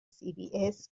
cbs